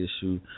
issue